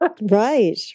right